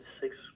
six